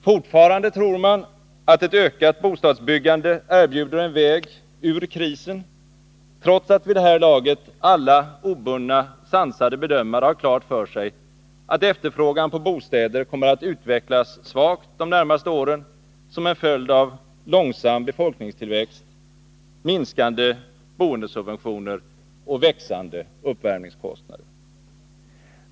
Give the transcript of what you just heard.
Fortfarande tror man att ett ökat bostadsbyggande erbjuder en väg ur krisen, trots att vid det här laget alla obundna, sansade bedömare har klart för sig att efterfrågan på bostäder kommer att utvecklas svagt de närmaste åren som en följd av långsam befolkningstillväxt, minskande boendesubventioner och växande uppvärmningskostnader.